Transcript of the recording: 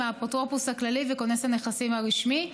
האפוטרופוס הכללי וכונס הנכסים הרשמי,